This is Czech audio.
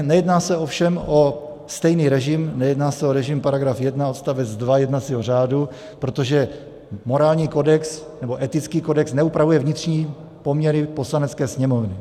Nejedná se ovšem o stejný režim, nejedná se o režim § 1 odst. 2 jednacího řádu, protože morální kodex, nebo etický kodex neupravuje vnitřní poměry Poslanecké sněmovny.